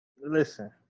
Listen